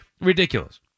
ridiculous